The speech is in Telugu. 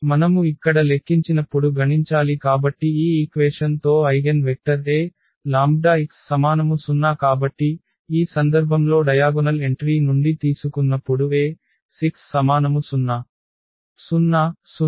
మనము ఇక్కడ లెక్కించినప్పుడు గణించాలి కాబట్టి ఈ ఈక్వేషన్ తో ఐగెన్ వెక్టర్ A λIx0 కాబట్టి ఈ సందర్భంలో డయాగొనల్ ఎంట్రీ నుండి తీసుకున్నప్పుడు A xIx 0